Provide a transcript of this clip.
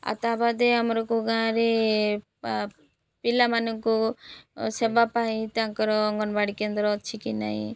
ଆଉ ତା ବାଦେ ଆମର କେଉଁ ଗାଁରେ ପିଲାମାନଙ୍କୁ ସେବା ପାଇଁ ତାଙ୍କର ଅଙ୍ଗନବାଡ଼ି କେନ୍ଦ୍ର ଅଛି କି ନାହିଁ